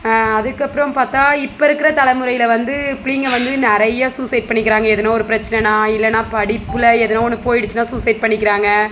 அதுக்கப்புறம் பார்த்தா இப்போ இருக்கிற தலைமுறையில் வந்து பிள்ளைங்க வந்து நிறைய சூசைடு பண்ணிக்கிறாங்க எதுனா ஒரு பிரச்சினைனா இல்லைனா படிப்பில் எதுனா ஒன்று போய்டுச்சினா சூசைடு பண்ணிக்கிறாங்கள்